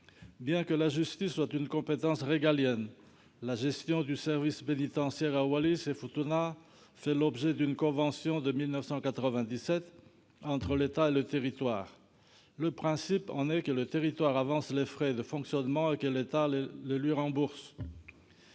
Bien que la justice soit une compétence régalienne, la gestion du service pénitentiaire à Wallis-et-Futuna fait l'objet d'une convention de 1997 entre l'État et le territoire. Le principe en est que le territoire avance les frais de fonctionnement et que l'État les lui rembourse.